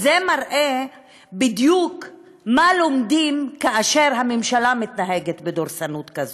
זה מראה בדיוק מה לומדים כאשר הממשלה מתנהגת בדורסנות כזאת,